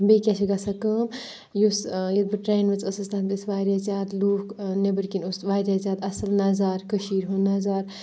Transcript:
بیٚیہِ کیٛاہ چھِ گژھان کٲم یُس ییٚلہِ بہٕ ٹرٛینہِ وِز ٲسٕس تَتھ گٔژھ واریاہ زیادٕ لوٗکھ نیٚبٕر کِنۍ اوس واریاہ زیادٕ اَصٕل نَظارٕ کٔشیٖر ہُنٛد نَظارٕ